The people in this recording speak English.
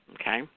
Okay